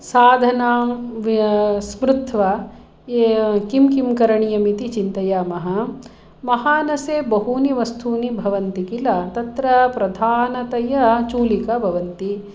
साधनां स्मृत्वा किं किं करणीयम् इति चिन्तयामः महानसे बहूनि वस्तूनि भवन्ति किल तत्र प्रधानतया चुलिका भवन्ति